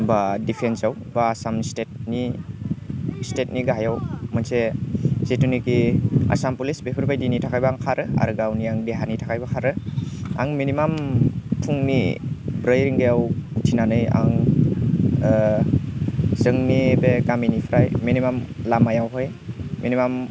बा डिफेन्सआव बा आसाम स्टेटनि गाहाइआव मोनसे जितुनिकि आसाम पुलिस बेफोरबायदिनि थाखायबो आं खारो आरो गावनि आं देहानि थाखायबो खारो आं मिनिमाम फुंनि ब्रै रिंगायाव उथिनानै आं जोंनि बे गामिनिफ्राय मिनिमाम लामायावहाय मिनिमाम